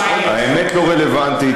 האמת לא רלוונטית,